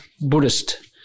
Buddhist